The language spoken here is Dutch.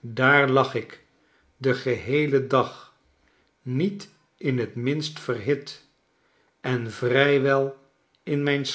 daar lag ik den geheelen dag niet in t minst verhit en vrij wel in